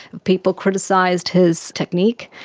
people criticised his technique.